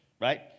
right